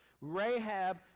Rahab